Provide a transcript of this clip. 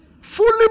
Fully